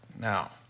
Now